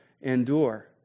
endure